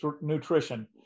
nutrition